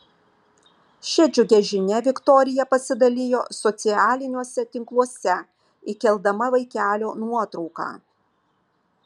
šia džiugia žinia viktorija pasidalijo socialiniuose tinkluose įkeldama vaikelio nuotrauką